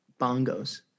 bongos